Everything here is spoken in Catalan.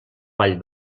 vall